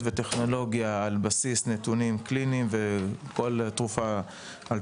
וטכנולוגיה על בסיס נתונים קליניים וכל תרופה על